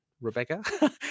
Rebecca